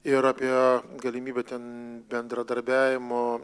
ir apie galimybę ten bendradarbiavimo